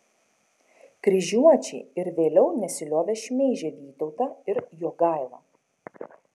kryžiuočiai ir vėliau nesiliovė šmeižę vytautą ir jogailą